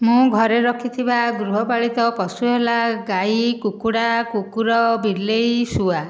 ମୋ ଘରେ ରଖିଥିବା ଗୃହପାଳିତ ପଶୁ ହେଲା ଗାଈ କୁକୁଡ଼ା କୁକୁର ବିଲେଇ ଶୁଆ